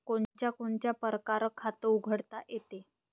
कोनच्या कोनच्या परकारं खात उघडता येते?